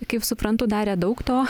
kaip suprantu darė daug to